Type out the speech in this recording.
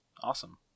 Awesome